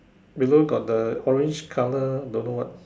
below got the orange color don't know what